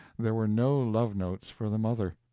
there were no love-notes for the mother.